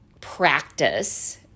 practice